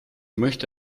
möchte